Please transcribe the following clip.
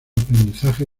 aprendizaje